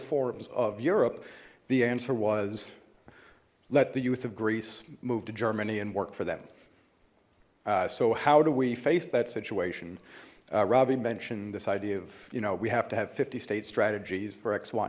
forms of europe the answer was let the youth of greece move to germany and work for them so how do we face that situation rabi mentioned this idea of you know we have to have fifty state strategies for x y